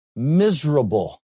Miserable